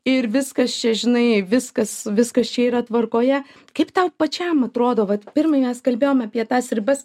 ir viskas čia žinai viskas viskas čia yra tvarkoje kaip tau pačiam atrodo vat pirmai nes kalbėjom apie tas ribas